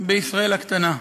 בישראל הקטנה.